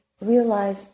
realize